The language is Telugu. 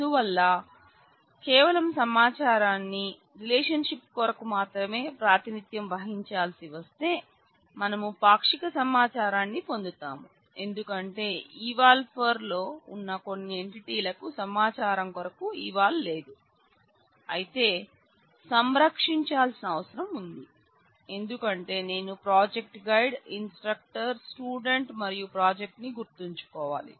అందువల్ల ఒకవేళ కేవలం సమాచారాన్ని కేవలం రిలేషన్షిప్ కొరకు మాత్రమే ప్రాతినిధ్యం వహించాల్సి వస్తే మనము పాక్షిక సమాచారాన్ని పొందుతాం ఎందుకంటే eval for లో ఉన్న కొన్ని ఎంటిటీలకు సమాచారం కొరకు eval లేదు అయితే సంరక్షించాల్సిన అవసరం ఉంది ఎందుకంటే నేను project guide instructor student మరియు ప్రాజెక్ట్ ని గుర్తుంచుకోవాలి